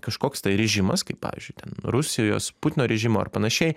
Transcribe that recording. kažkoks tai režimas kaip pavyzdžiui ten rusijos putino režimo ar panašiai